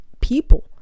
people